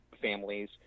families